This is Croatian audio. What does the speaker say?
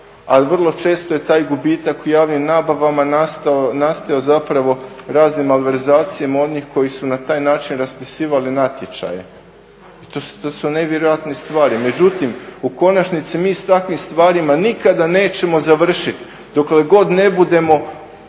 A vrlo često je taj gubitak u javnim nabavama nastajao raznim malverzacijama onih koji su na taj način raspisivali natječaje, to su nevjerojatne stvari. Međutim, u konačnici mi s takvim stvarima nikada nećemo završiti dokle god ne budemo